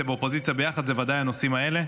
ואופוזיציה ביחד זה ודאי הנושאים האלה.